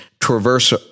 traverse